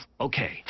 Okay